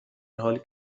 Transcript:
حالی